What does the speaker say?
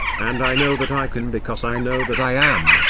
and i know that i can because i know that i am,